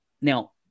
Now